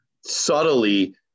subtly